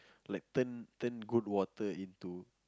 like turn turn good water into